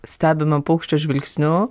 stebime paukščio žvilgsniu